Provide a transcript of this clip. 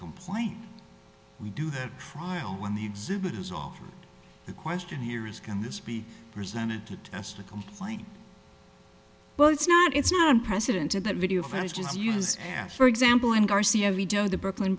complaint we do that trial when the exhibit is off the question here is can this be presented to test a complaint well it's not it's not unprecedented that video for ages used for example and garcia veto the brooklyn